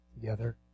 together